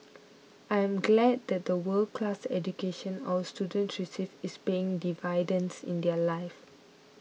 I am glad that the world class education our students receive is paying dividends in their lives